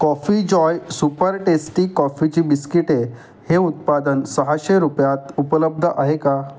coffee Joy super tasty कॉफीची बिस्किटे हे उत्पादन सहाशे रुपयात उपलब्ध आहे का